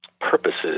purposes